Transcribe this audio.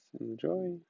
Enjoy